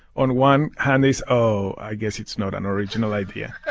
on one hand is oh, i guess it's not an original idea